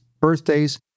birthdays